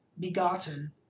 begotten